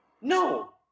no